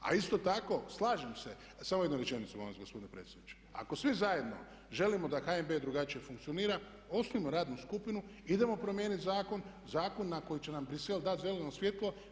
A isto tako slažem se, samo jednu rečenicu molim vas gospodine predsjedniče, ako svi zajedno želimo da HNB drugačije funkcionira osnujmo radnu skupinu i idemo promijeniti zakon, zakon na koji će nam Bruxelles dati zeleno svjetlo.